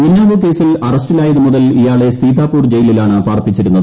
ഉന്നാവോ കേസിൽ അറസ്റ്റിലായതു മുതൽ ഇയാളെ സീതാപൂർ ജയിലിലാണ് പാർപ്പിച്ചിരുന്നത്